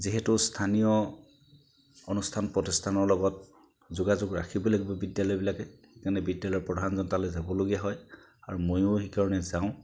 যিহেতু স্থানীয় অনুষ্ঠান প্ৰতিষ্ঠানৰ লগত যোগাযোগ ৰাখিব লাগিব বিদ্যালয়বিলাকে যেনে বিদ্যালয় প্ৰধানজন তালৈ যাবলগীয়া হয় আৰু ময়ো সেইকাৰণে যাওঁ